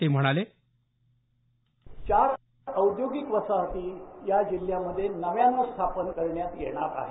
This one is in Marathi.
ते म्हणाले चार नव्या औद्योगिक वसाहती या जिल्ह्यांमध्ये नव्याने स्थापन करण्यात येणार आहेत